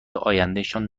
آیندهشان